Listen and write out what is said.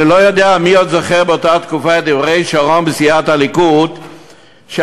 אני לא יודע מי עוד זוכר את דברי שרון בסיעת הליכוד באותה תקופה,